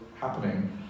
happening